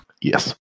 Yes